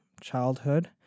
childhood